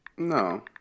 No